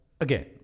again